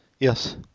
Yes